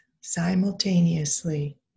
simultaneously